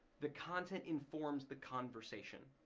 the content informs the conversation.